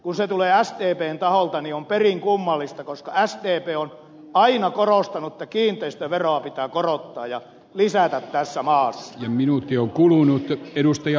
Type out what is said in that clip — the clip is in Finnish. kun se tulee sdpn taholta niin se on perin kummallista koska sdp on aina korostanut että kiinteistöveroa pitää korottaa ja lisätä tässä maassa